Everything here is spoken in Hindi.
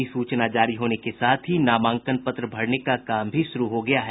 अधिसूचना जारी होने के साथ ही नामांकन पत्र भरने का काम भी शुरू हो गया है